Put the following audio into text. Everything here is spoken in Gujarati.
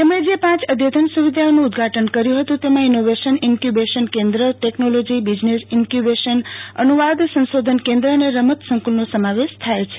તેમણે જે પાંચ અદ્યતન સુવિધાઓનું ઉદ્વાટન કર્યું હતું તેમાં ઇનોવેશન ઇન્ક્યૂબેશન કેન્દ્ર ટેકનોલોજી બિઝનેસ ઇનક્યુબેશન અનુવાદ સંશોધન કેન્દ્ર અને રમત સંકુલનો સમાવેશ થાય છે